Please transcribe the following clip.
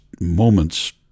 moments